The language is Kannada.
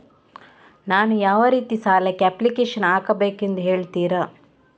ನಾನು ಯಾವ ರೀತಿ ಸಾಲಕ್ಕೆ ಅಪ್ಲಿಕೇಶನ್ ಹಾಕಬೇಕೆಂದು ಹೇಳ್ತಿರಾ?